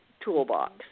toolbox